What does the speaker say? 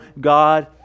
God